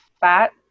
fat